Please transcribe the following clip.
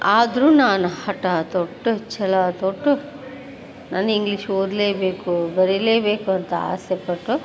ಆದರೂ ನಾನು ಹಠ ತೊಟ್ಟು ಛಲ ತೊಟ್ಟು ನಾನ್ ಇಂಗ್ಲೀಷ್ ಓದಲೇಬೇಕು ಬರೀಲೇಬೇಕು ಅಂತ ಆಸೆಪಟ್ಟು